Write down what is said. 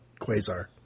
Quasar